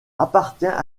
appartient